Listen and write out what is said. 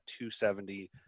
270